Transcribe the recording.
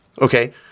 Okay